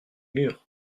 murs